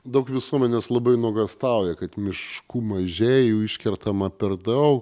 daug visuomenės labai nuogąstauja kad miškų mažėja jų iškertama per dau